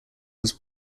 was